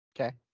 Okay